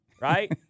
right